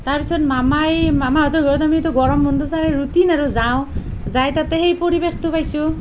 তাৰ পিছত মামাই মামাহঁতৰ ঘৰত আমিতো গৰম বন্ধৰ ৰুটিন আৰু যাওঁ যাই তাতে সেই পৰিৱেশটো পাইছোঁ